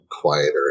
quieter